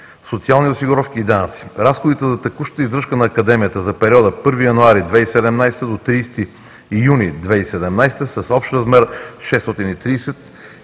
социални осигуровки и данъци. Разходите за текущата издръжка на Академията за периода 1 януари 2017 г. до 30 юни 2017 г. са с общ размер 630